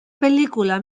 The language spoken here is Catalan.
pel·lícula